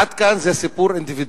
עד כאן זה סיפור אינדיבידואלי.